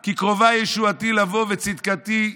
כי קרובה ישועתי לבוא וצדקתי להגלות".